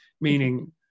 meaning